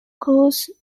coors